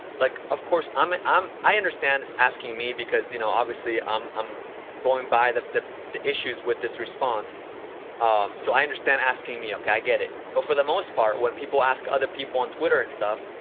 like, of course, i'm um i understand asking me because, you know, obviously, i'm i'm going by the the issues with this response so i understand asking me, okay? i get it. but, for the most part, when people ask other people on twitter and stuff,